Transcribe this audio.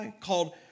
called